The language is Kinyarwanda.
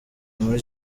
muri